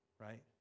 right